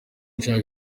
nshaka